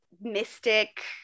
mystic